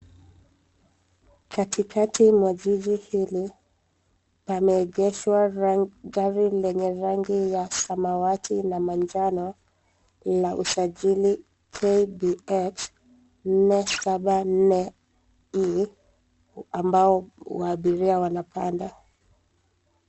Katikati mwa jiji hili pame egeshwa gari lenye rangi ya samawati na manjano la usajili KBS 474E ambao waabiria wana panda.